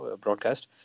broadcast